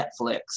Netflix